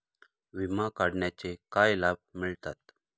विमा काढण्याचे काय लाभ मिळतात?